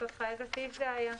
איזה סעיף זה היה?